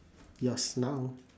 yours now